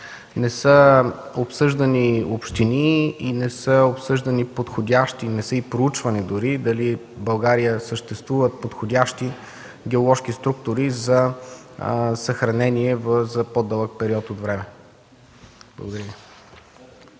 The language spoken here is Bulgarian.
не са обсъждани общини, не са обсъждани подходящи, не са и проучвани дори дали в България съществуват подходящи геоложки структури за съхранение за по-дълъг период от време. Благодаря